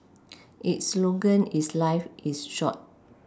its slogan is life is short